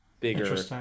bigger